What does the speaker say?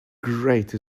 great